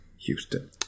Houston